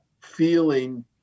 feeling